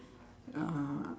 uh